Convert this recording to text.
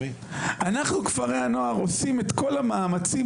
אנחנו כפרי הנוער עושים את כל המאמצים